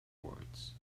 boards